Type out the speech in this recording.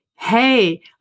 hey